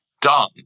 done